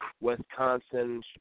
Wisconsin